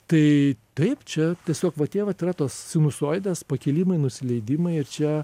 tai taip čia tiesiog va tie vat yra tas sinusoidas pakilimai nusileidimai ir čia